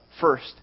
first